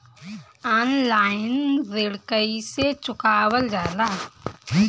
Online ऋण कईसे चुकावल जाला?